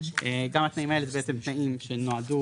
גם התנאים האלה הם בעצם תנאים שנועדו